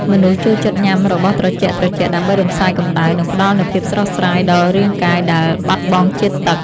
មនុស្សចូលចិត្តញ៉ាំរបស់ត្រជាក់ៗដើម្បីរំសាយកម្តៅ និងផ្ដល់នូវភាពស្រស់ស្រាយដល់រាងកាយដែលបាត់បង់ជាតិទឹក។